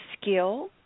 skill